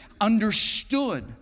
understood